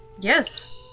Yes